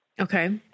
Okay